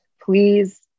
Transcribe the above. please